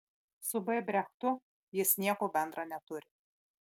su b brechtu jis nieko bendra neturi